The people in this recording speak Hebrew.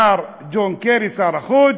מר ג'ון קרי, שר החוץ: